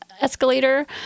escalator